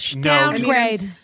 Downgrade